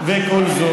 אתה גם מזייף?